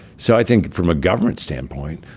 so i think, from a government standpoint,